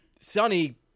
Sonny